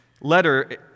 letter